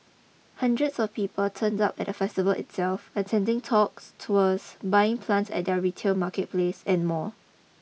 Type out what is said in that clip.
hundreds of people turned up at the festival itself attending talks tours buying plants at their retail marketplace and more